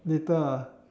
later